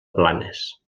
blanes